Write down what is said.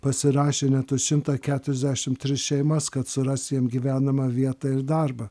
pasirašė net už šimtą keturiasdešim tris šeimas kad suras jiem gyvenamą vietą ir darbą